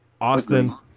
Austin